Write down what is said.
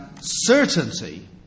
certainty